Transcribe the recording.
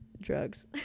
drugs